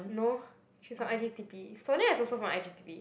no she's from i_g_t_p Sonia is also from i_g_t_p